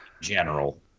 general